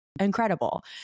incredible